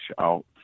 out